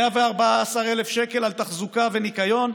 114,000 שקלים בשנה על תחזוקה וניקיון,